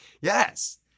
yes